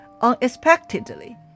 unexpectedly